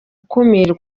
kure